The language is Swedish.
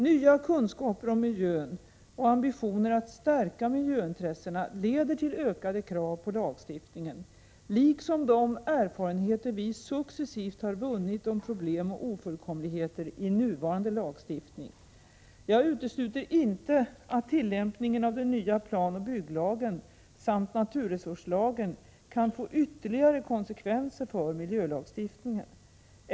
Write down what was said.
Nya kunskaper om miljön och ambitioner att stärka miljöintressena leder till ökade krav på lagstiftningen, liksom de erfarenheter vi successivt har vunnit om problem och ofullkomligheter i nuvarande lagstiftning. Jag utesluter inte att tillämpningen av den nya planoch bygglagen samt naturresurslagen kan få ytterligare konsekvenser för miljölagstiftningen.